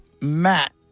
Matt